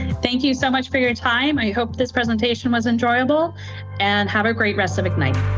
thank you so much for your time. i hope this presentation was enjoyable and have a great rest of ignite.